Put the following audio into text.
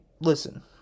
listen